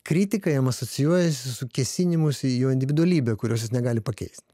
kritika jam asocijuojasi su kėsinimusi į jo individualybę kurios jis negali pakeist